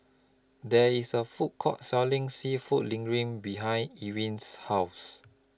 There IS A Food Court Selling Seafood Linguine behind Ewin's House